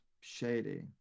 shady